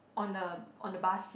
on the on the bus